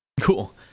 Cool